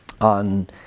on